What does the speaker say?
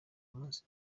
munsi